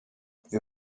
wir